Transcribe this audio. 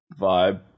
vibe